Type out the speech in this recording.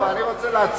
לא, אבל אני רוצה להציע